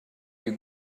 you